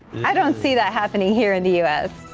i don't see that happening here in the u s.